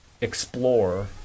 explore